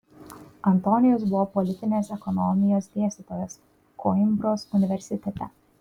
antonijus buvo politinės ekonomijos dėstytojas koimbros universitete